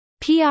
PR